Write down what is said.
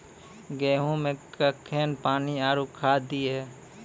गेहूँ मे कखेन पानी आरु खाद दिये?